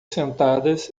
sentadas